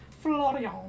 Florian